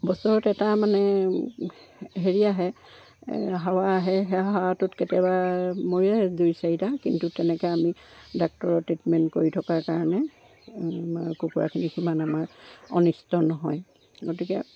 বছৰত এটা মানে হেৰি আহে হাৱা আহে সেই হাৱাটোত কেতিয়াবা মৰে দুই চাৰিটা কিন্তু তেনেকৈ আমি ডাক্টৰৰ ট্ৰিটমেণ্ট কৰি থকাৰ কাৰণে কুকুৰাখিনি সিমান আমাৰ অনিষ্ট নহয় গতিকে